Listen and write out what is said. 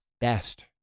best